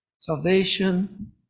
Salvation